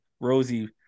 Rosie